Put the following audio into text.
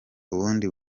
ubundi